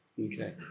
Okay